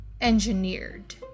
engineered